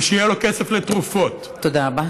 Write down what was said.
ושיהיה לו כסף לתרופות, תודה רבה.